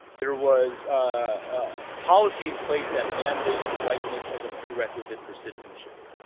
there was a policy in place that mandated whiteness as a prerequisite for citizenship.